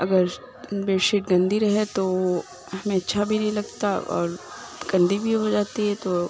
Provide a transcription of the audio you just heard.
اگر bed sheet گندی رہے تو ہمیں اچھا بھی نہیں لگتا اور گندی بھی ہو جاتی ہے تو